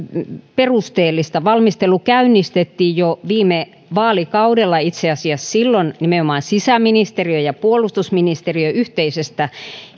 perusteellista valmistelu käynnistettiin jo viime vaalikaudella itse asiassa nimenomaan sisäministeriön ja puolustusministeriön yhteisestä